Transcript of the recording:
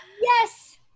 yes